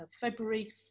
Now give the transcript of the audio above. February